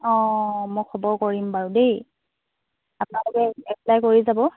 অঁ মই খবৰ কৰিম বাৰু দেই আপোনালোকে এপ্লাই কৰি যাব